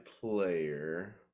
player